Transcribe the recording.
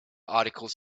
articles